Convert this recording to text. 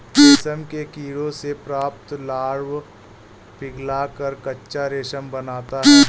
रेशम के कीड़ों से प्राप्त लार्वा पिघलकर कच्चा रेशम बनाता है